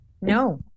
No